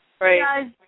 Right